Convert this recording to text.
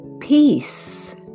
Peace